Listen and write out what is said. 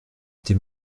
était